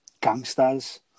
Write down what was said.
gangsters